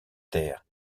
terres